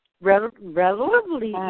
Relatively